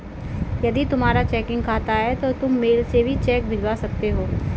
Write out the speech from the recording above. यदि तुम्हारा चेकिंग खाता है तो तुम मेल से भी चेक भिजवा सकते हो